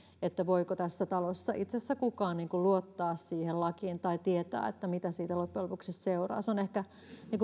voiko tässä talossa itse asiassa kukaan luottaa siihen lakiin tai tietää mitä siitä loppujen lopuksi seuraa se on ehkä